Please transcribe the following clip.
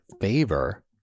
favor